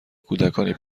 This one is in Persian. کودکانی